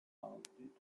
funded